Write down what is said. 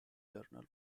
journal